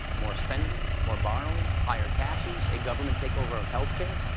more spending, more borrowing, higher taxes, a government takeover of health care